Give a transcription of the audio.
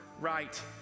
right